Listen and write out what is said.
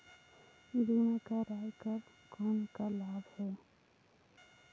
बीमा कराय कर कौन का लाभ है?